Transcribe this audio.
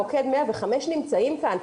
מוקד 105 נמצאים כאן.